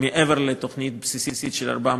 מעבר לתוכנית הבסיסית של 400,